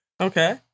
Okay